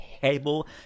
table